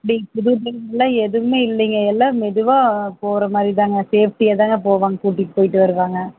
இப்படி புது ட்ரைவிங்லாம் எதுவுமே இல்லைங்க எல்லாம் மெதுமாக போகறமாரி தானங்க சேஃப்டியாக தானங்க போவாங்க கூட்டிகிட்டு போயிவிட்டு வருவாங்க